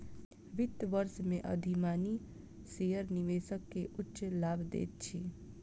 वित्त वर्ष में अधिमानी शेयर निवेशक के उच्च लाभ दैत अछि